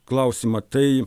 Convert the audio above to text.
klausimą tai